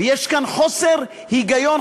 ויש כאן חוסר היגיון,